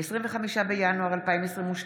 25 בינואר 2022,